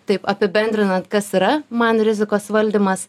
taip apibendrinant kas yra man rizikos valdymas